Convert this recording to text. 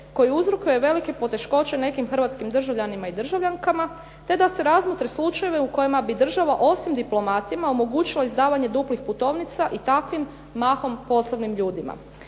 koji uzrokuje velike poteškoće nekim hrvatskim državljanima i državljankama te da se razmotre slučajevi u kojima bi država osim diplomatima omogućila izdavanje duplih putovnica i takvim mahom posebnim ljudima.